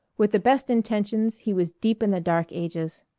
with the best intentions, he was deep in the dark ages.